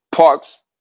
Parks